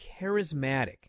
charismatic